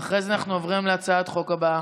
ואחרי זה אנחנו עוברים להצעת החוק הבאה.